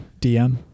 DM